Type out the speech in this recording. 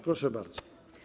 Proszę bardzo.